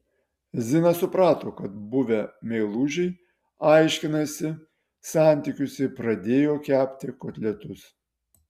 zina suprato kad buvę meilužiai aiškinasi santykius ir pradėjo kepti kotletus